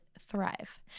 thrive